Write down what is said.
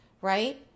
right